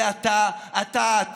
זה אתה, אתה,